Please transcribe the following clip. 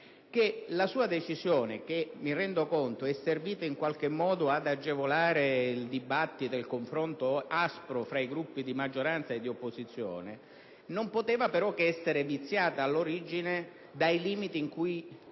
la sua decisione, che mi rendo conto è servita in qualche modo ad agevolare il dibattito, il confronto aspro tra i Gruppi di maggioranza e di opposizione, non poteva però che essere viziata all'origine dai limiti entro cui